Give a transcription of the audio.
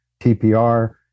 TPR